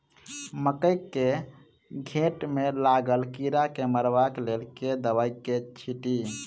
मकई केँ घेँट मे लागल कीड़ा केँ मारबाक लेल केँ दवाई केँ छीटि?